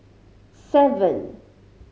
seven